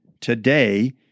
today